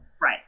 Right